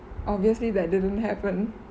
obviously that didn't happen